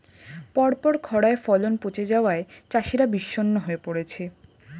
পরপর খড়ায় ফলন পচে যাওয়ায় চাষিরা বিষণ্ণ হয়ে পরেছে